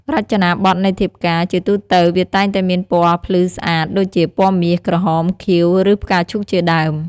រចនាបថនៃធៀបការ ជាទូទៅវាតែងតែមានពណ៌ភ្លឺស្អាត ដូចជា ពណ៌មាស ក្រហម ខៀវ ឬ ផ្កាឈូកជាដើម។